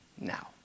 now